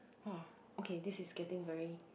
!wah! okay this is getting very